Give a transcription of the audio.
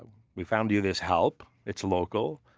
ah we found you this help, it's local.